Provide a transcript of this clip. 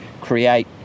create